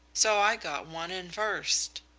so i got one in first.